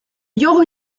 його